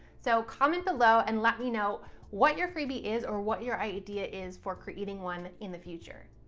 so comment below, and let me know what your freebie is or what your idea is for creating one in the future.